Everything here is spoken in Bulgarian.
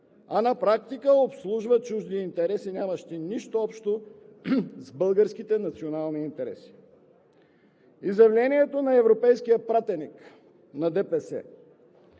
а на практика обслужва чужди интереси, нямащи нищо общо с българските национални интереси? Изявлението на европейския пратеник на ДПС